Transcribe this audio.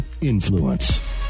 Influence